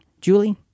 Julie